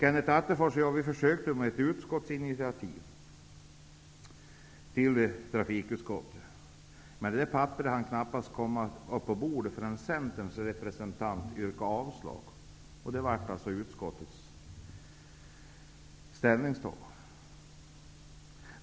Kenneth Attefors och jag försökte att få till stånd ett utskottsinitiativ till trafikutskottet. Detta papper hann knappt komma upp på bordet förrän Centerns representant yrkade avslag, vilket också blev utskottets ställningstagande.